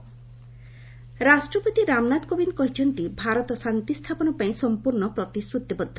president ରାଷ୍ଟ୍ରପତି ରାମନାଥ କୋବିନ୍ଦ୍ କହିଛନ୍ତି ଭାରତ ଶାନ୍ତି ସ୍ଥାପନ ପାଇଁ ସମ୍ପୂର୍ଣ୍ଣ ପ୍ରତିଶ୍ରତିବଦ୍ଧ